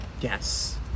Yes